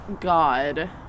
God